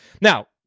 Now